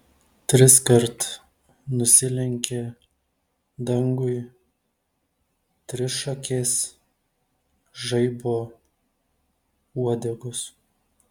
triskart nusilenkė dangui trišakės žaibo uodegos